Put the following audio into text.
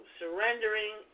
surrendering